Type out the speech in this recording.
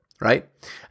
right